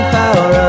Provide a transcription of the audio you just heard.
power